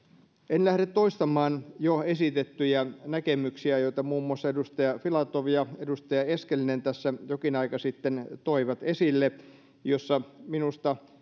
en lähde toistamaan jo esitettyjä näkemyksiä joita muun muassa edustaja filatov ja edustaja eskelinen tässä jokin aika sitten toivat esille ja joissa minusta